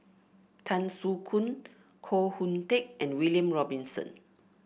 Tan Soo Khoon Koh Hoon Teck and William Robinson